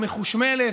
המחושמלת,